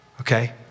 okay